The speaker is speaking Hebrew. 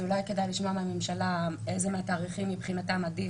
אולי כדאי לשמוע מהממשלה איזה תאריך מבחינתם עדיף.